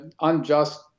unjust